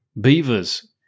Beavers